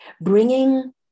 bringing